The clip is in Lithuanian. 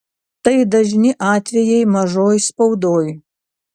tai dažni atvejai mažoj spaudoj